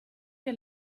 che